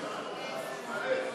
ומקצועות בענף